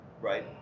right